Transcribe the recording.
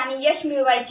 आणि यश मिळवायचे